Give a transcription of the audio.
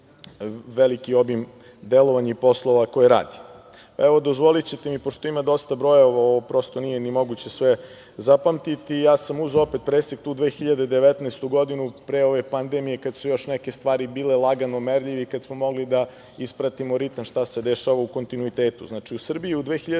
veliki obim delovanja i poslova koje radi. Dozvolićete mi, pošto ima dosta brojeva, ovo prosto nije ni moguće sve zapamtiti, ja sam uzeo opet presek tu, 2019. godinu, pre ove pandemije, kada su još neke stvari bile lagano merljive i kada smo mogli da ispratimo ritam šta se dešava u kontinuitetu. Znači, u Srbiji je u 2019.